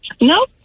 no